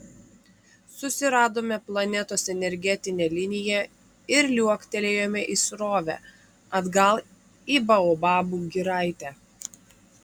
susiradome planetos energetinę liniją ir liuoktelėjome į srovę atgal į baobabų giraitę